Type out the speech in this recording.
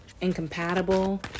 incompatible